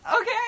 Okay